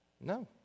No